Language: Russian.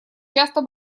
часто